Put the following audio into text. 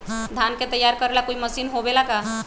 धान के तैयार करेला कोई मशीन होबेला का?